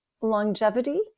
longevity